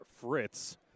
Fritz